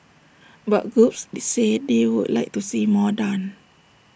but groups say they would like to see more done